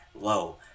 low